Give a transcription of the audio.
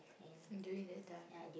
during that time